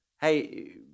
hey